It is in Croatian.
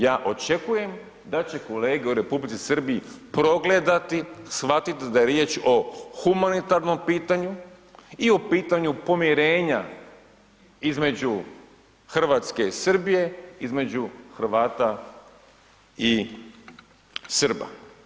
Ja očekujem da će kolege u Republici Srbiji progledati, shvatit da je riječ o humanitarnom pitanju i o pitanju pomirenja između RH i Srbije, između Hrvata i Srba.